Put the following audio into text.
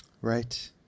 Right